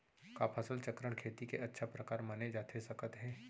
का फसल चक्रण, खेती के अच्छा प्रकार माने जाथे सकत हे?